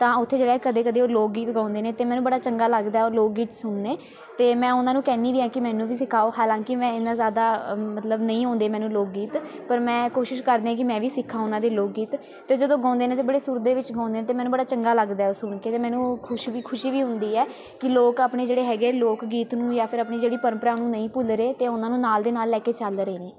ਤਾਂ ਉੱਥੇ ਜਿਹੜਾ ਹੈ ਕਦੇ ਕਦੇ ਉਹ ਲੋਕ ਗੀਤ ਗਾਉਂਦੇ ਨੇ ਅਤੇ ਮੈਨੂੰ ਬੜਾ ਚੰਗਾ ਲੱਗਦਾ ਉਹ ਲੋਕ ਗੀਤ ਸੁਣਨੇ ਅਤੇ ਮੈਂ ਉਹਨਾਂ ਨੂੰ ਕਹਿੰਦੀ ਵੀ ਹਾਂ ਕਿ ਮੈਨੂੰ ਵੀ ਸਿਖਾਓ ਹਾਲਾਂਕਿ ਮੈਂ ਇੰਨਾ ਜ਼ਿਆਦਾ ਮਤਲਬ ਨਹੀਂ ਆਉਂਦੇ ਮੈਨੂੰ ਲੋਕ ਗੀਤ ਪਰ ਮੈਂ ਕੋਸ਼ਿਸ਼ ਕਰਦੀ ਹਾਂ ਕਿ ਮੈਂ ਵੀ ਸਿੱਖਾਂ ਉਹਨਾਂ ਦੇ ਲੋਕ ਗੀਤ ਅਤੇ ਉਹ ਜਦੋਂ ਗਾਉਂਦੇ ਨੇ ਤਾਂ ਬੜੇ ਸੁਰ ਦੇ ਵਿੱਚ ਗਾਉਂਦੇ ਅਤੇ ਮੈਂ ਬੜਾ ਚੰਗਾ ਲੱਗਦਾ ਉਹ ਸੁਣ ਕੇ ਤੇ ਮੈਨੂੰ ਉਹ ਖੁਸ਼ ਵੀ ਖੁਸ਼ੀ ਹੁੰਦੀ ਹੈ ਕਿ ਲੋਕ ਆਪਣੇ ਜਿਹੜੇ ਹੈਗੇ ਹੈ ਲੋਕ ਗੀਤ ਨੂੰ ਜਾਂ ਫਿਰ ਆਪਣੀ ਜਿਹੜੀ ਪ੍ਰੰਪਰਾ ਉਹਨੂੰ ਨਹੀਂ ਭੁੱਲ ਰਹੇ ਅਤੇ ਉਹਨਾਂ ਨੂੰ ਨਾਲ ਦੇ ਨਾਲ ਲੈ ਕੇ ਚੱਲ ਰਹੇ ਨੇ